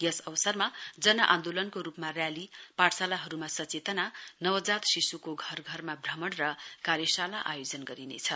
यस अवसरमा जन आन्दोलनको रूपमा न्याली पाठशालाहरूमा सचेतना नवजात शिश्को घर घरमा भ्रमण र कार्यशाला आयोजना गरिनेछ